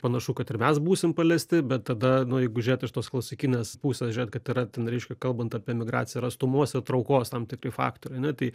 panašu kad ir mes būsim paliesti bet tada nu jeigu žiūrėt iš tos klasikinės pusės žiūrėt kad yra ten reiškia kalbant apie migraciją yra stūmos ir traukos tam tikri faktoriai na tai